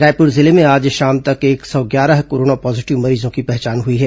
रायपुर जिले में आज शाम तक एक सौ ग्यारह कोरोना पॉजीटिव मरीजों की पहचान हुई है